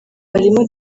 barimo